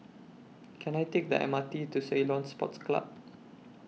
Can I Take The M R T to Ceylon Sports Club